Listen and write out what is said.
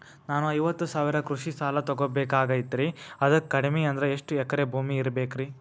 ನಾನು ಐವತ್ತು ಸಾವಿರ ಕೃಷಿ ಸಾಲಾ ತೊಗೋಬೇಕಾಗೈತ್ರಿ ಅದಕ್ ಕಡಿಮಿ ಅಂದ್ರ ಎಷ್ಟ ಎಕರೆ ಭೂಮಿ ಇರಬೇಕ್ರಿ?